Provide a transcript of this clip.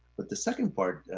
but the second part,